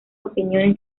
opiniones